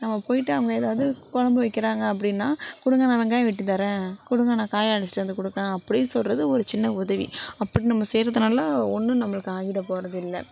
நம்ம போயிட்டு அங்கே எதாவது குழம்பு வைக்கிறாங்க அப்படினா கொடுங்க நான் வெங்காயம் வெட்டி தரேன் கொடுங்க நான் காய் அலசிவந்து கொடுக்குறேன் அப்படின் சொல்கிறது ஒரு சின்ன உதவி அப்படின்னு நம்ம செய்கிறதுனால ஒன்றும் நம்மளுக்கு ஆகிட போகிறது இல்லை